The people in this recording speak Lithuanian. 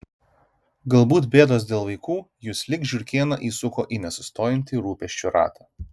galbūt bėdos dėl vaikų jus lyg žiurkėną įsuko į nesustojantį rūpesčių ratą